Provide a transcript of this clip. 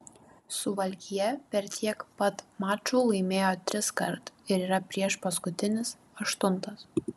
suvalkija per tiek pat mačų laimėjo triskart ir yra priešpaskutinis aštuntas